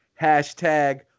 Hashtag